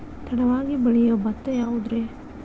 ತಡವಾಗಿ ಬೆಳಿಯೊ ಭತ್ತ ಯಾವುದ್ರೇ?